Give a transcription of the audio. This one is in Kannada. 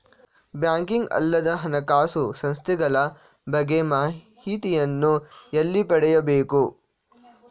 ಬ್ಯಾಂಕಿಂಗ್ ಅಲ್ಲದ ಹಣಕಾಸು ಸಂಸ್ಥೆಗಳ ಬಗ್ಗೆ ಮಾಹಿತಿಯನ್ನು ಎಲ್ಲಿ ಪಡೆಯಬೇಕು?